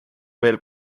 veel